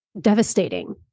devastating